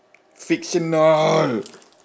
fictional